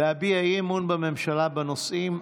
להביע אי-אמון בממשלה בנושאים,